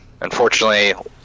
unfortunately